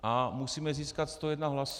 A musíme získat 101 hlasů.